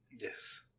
Yes